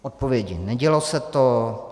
Odpovědi: nedělo se to.